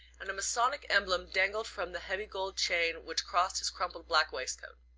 and a masonic emblem dangled from the heavy gold chain which crossed his crumpled black waistcoat.